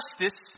justice